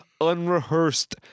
unrehearsed